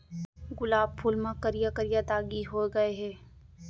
गुलाब फूल म करिया करिया दागी हो गय हे